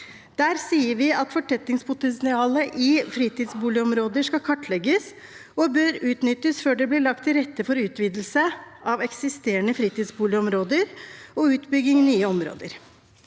Der sier vi at fortettingspotensialet i fritidsboligområder skal kartlegges og bør utnyttes før det blir lagt til rette for utvidelse av eksisterende fritidsboligområder og utbygging av nye områder.